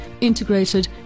integrated